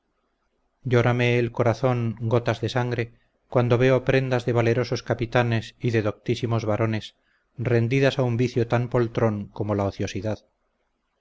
llórame el corazón gotas de sangre cuando veo prendas de valerosos capitanes y de doctísimos varones rendidas a un vicio tan poltron como la ociosidad